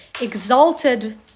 exalted